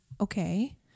okay